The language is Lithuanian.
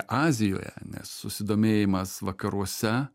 azijoje nes susidomėjimas vakaruose